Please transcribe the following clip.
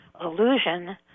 illusion